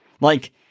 Like-